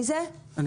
בבקשה.